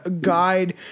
Guide